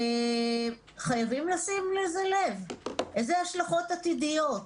חייבים לחשוב על ההשלכות העתידיות.